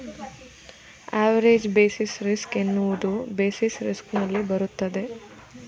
average basis risk ಎನ್ನುವುದು basis risk ನಲ್ಲಿ ಬರುತ್ತದೆ